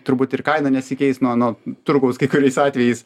turbūt ir kaina nesikeis nuo nuo turgaus kai kuriais atvejais